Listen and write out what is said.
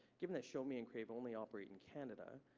given that shomi and crave only operate in canada,